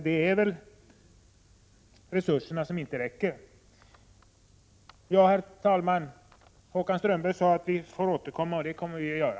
Det är väl resurserna som inte räcker. Herr talman! Håkan Strömberg sade att vi får återkomma, och det kommer vi att göra.